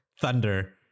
Thunder